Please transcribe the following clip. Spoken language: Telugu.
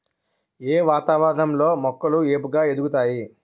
ఏ వాతావరణం లో మొక్కలు ఏపుగ ఎదుగుతాయి?